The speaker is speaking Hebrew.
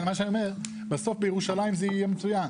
מה שאני אומר, בסוף בירושלים זה יהיה מצוין.